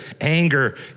anger